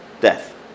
death